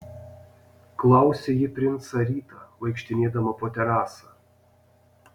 klausė ji princą rytą vaikštinėdama po terasą